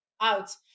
out